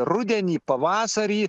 rudenį pavasarį